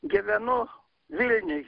gyvenu vilniuj